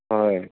হয়